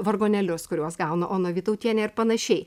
vargonėlius kuriuos gauna ona vytautienė ir panašiai